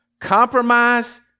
Compromise